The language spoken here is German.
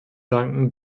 danken